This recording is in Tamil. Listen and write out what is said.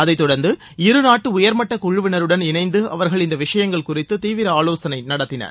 அதைத் தொடர்ந்து இருநாட்டு உயர்மட்ட குழுவினருடன் இணைந்து அவர்கள் இந்த விஷயங்கள் குறித்து தீவிர ஆலோசனை நடத்தினர்